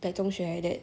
like 中学 like that